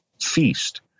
feast